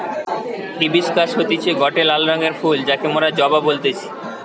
hibiscus হতিছে গটে লাল রঙের ফুল যাকে মোরা জবা বলতেছি